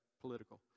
political